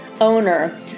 owner